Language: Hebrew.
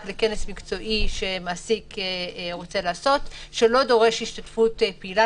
לכנס מקצועי שמעסיק רוצה לעשות שלא דורש השתתפות פעילה,